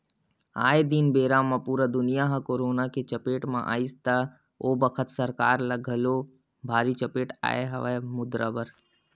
आये दिन बेरा म पुरा दुनिया ह करोना के चपेट म आइस त ओ बखत सरकार ल घलोक भारी चपेट आय हवय मुद्रा बर